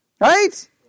Right